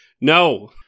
No